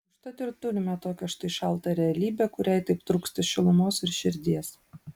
užtat ir turime tokią štai šaltą realybę kuriai taip trūksta šilumos ir širdies